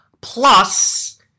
plus